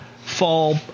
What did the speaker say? fall